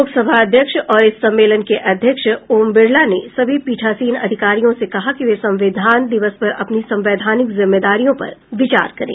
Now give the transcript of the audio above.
लोकसभा अध्यक्ष और इस सम्मेलन के अध्यक्ष ओम बिरला ने सभी पीठासीन अधिकारियों से कहा कि वे संविधान दिवस पर अपनी संवैधानिक जिम्मेदारियों पर विचार करें